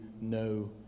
no